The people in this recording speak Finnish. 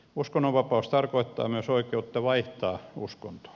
uskonnonvapaus tarkoittaa myös oikeutta vaihtaa uskontoa